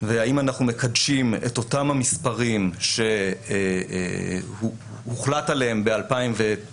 והאם אנחנו מקדשים את אותם המספרים שהוחלט עליהם ב-2009,